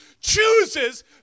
chooses